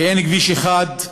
כי אין כביש אחד,